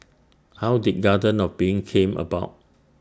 how did garden of being came about